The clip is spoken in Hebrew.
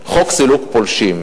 חוק סילוק פולשים.